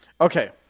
Okay